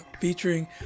featuring